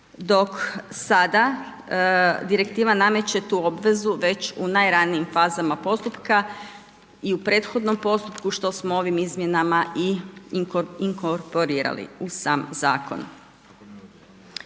Dok sada direktiva nameće tu obvezu već u najranijim fazama postupka i u prethodnom postupku što smo ovim izmjenama i inkorporirali u sam zakon.